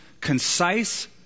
concise